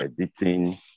editing